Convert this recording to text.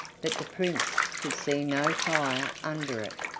but the prince could see no fire under it.